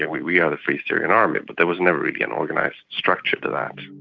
and we we are the free syrian army but there was never really an organised structure to that.